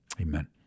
amen